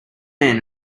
men